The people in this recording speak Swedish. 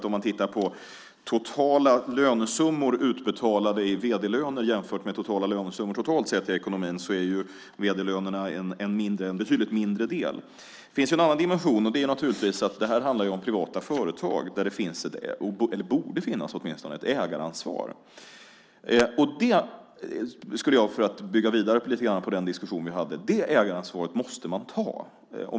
Om man tittar på totala lönesummor utbetalade i vd-löner jämfört med totala lönesummor totalt i ekonomin är ju vd-lönerna en betydligt mindre del. Det finns en annan dimension. Det är att det handlar om privata företag där det borde finnas ett ägaransvar. För att bygga vidare på den diskussion vi hade vill jag säga att det ägaransvaret måste man ta.